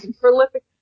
prolific